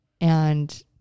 and-